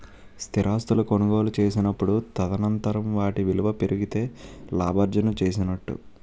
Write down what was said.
స్థిరాస్తులు కొనుగోలు చేసినప్పుడు తదనంతరం వాటి విలువ పెరిగితే లాభార్జన చేసినట్టు